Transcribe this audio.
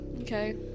Okay